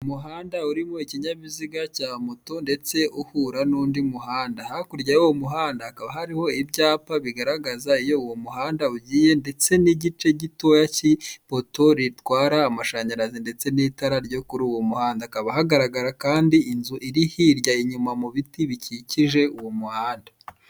Umuhanda urimo ikinyabiziga cya moto ndetse uhura n'undi muhanda. Hakurya y'uwo muhanda hakaba hariho ibyapa bigaragaza iyo uwo muhanda ugiye, ndetse n'igice gitoya cy'ipoto ritwara amashanyarazi ndetse n'itara ryo kuri uwo muhanda. Hakaba hagaragara kandi inzu iri hirya inyuma mu biti bikikije uwo muhanda.